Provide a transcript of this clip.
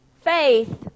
Faith